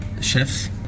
chefs